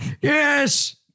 Yes